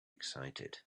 excited